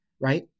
right